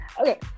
Okay